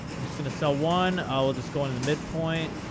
i'm just going to sell one. i'll just go in in the midpoint.